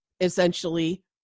essentially